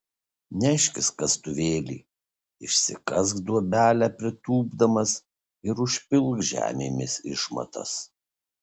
neškis kastuvėlį išsikask duobelę pritūpdamas ir užpilk žemėmis išmatas